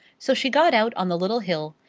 so she got out on the little hill,